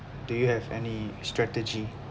do you have any strategy